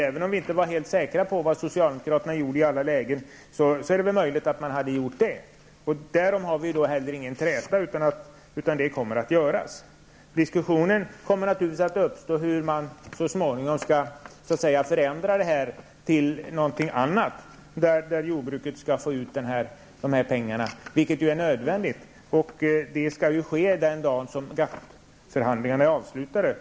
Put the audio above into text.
Även om vi inte var helt säkra på vad socialdemokraterna skulle göra i alla lägen, är det möjligt att de skulle ha gjort så. Vi har inte heller någon träta i det fallet, utan det kommer att göras. Det kommer naturligtvis att uppstå en diskussion om hur man så småningom skall förändra det här till något annat så att jordbruket kan få ut pengarna, vilket är nödvändigt. Det skall ske den dag som GATT-förhandlingarna är avslutade.